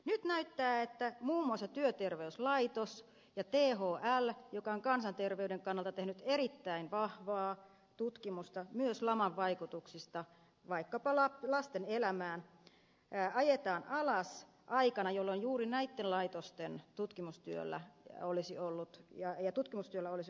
nyt näyttää että muun muassa työterveyslaitos ja thl joka on kansanterveyden kannalta tehnyt erittäin vahvaa tutkimusta myös laman vaikutuksista vaikkapa lasten elämään ajetaan alas aikana jolloin juuri näitten laitosten tutkimustyölle olisi ollut tarvetta